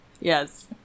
Yes